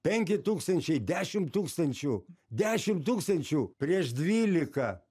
penki tūkstančiai dešim tūkstančių dešim tūkstančių prieš dvylika